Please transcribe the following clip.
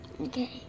Okay